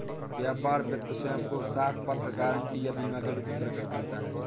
व्यापार वित्त स्वयं को साख पत्र, गारंटी या बीमा के रूप में प्रकट करता है